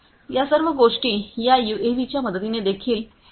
या सर्व गोष्टी या यूएव्हीच्या मदतीने देखील केल्या जाऊ शकतात